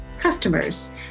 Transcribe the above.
customers